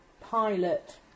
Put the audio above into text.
Pilot